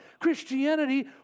Christianity